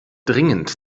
dringend